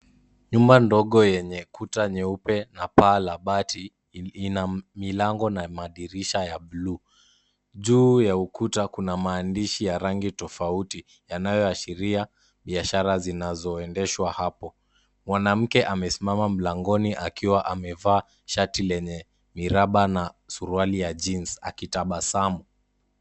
Nyumba ndogo, yenye kuta nyeupe, na paa la bati, lina milango na madirisha ya blue . Juu ya ukuta, kuna maandishi ya rangi tofauti yanayoashiria biashara zinazoendeshwa hapo. Mwanamke amesimama mlangoni, akiwa amevaa shati lenye miraba na suruali ya jeans , akitabasamu.